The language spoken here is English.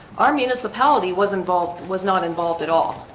our municipality was involved was not involved at all